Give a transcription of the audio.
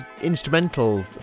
instrumental